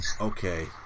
okay